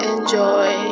Enjoy